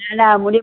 न न मुंहिंजी ममी